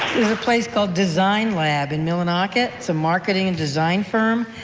there's a place called designlab, in millinocket, it's a marketing and design firm.